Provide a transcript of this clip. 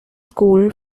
school